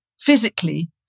physically